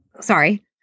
Sorry